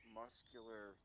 muscular